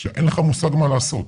שאין לך מושג בכלל מה לעשות.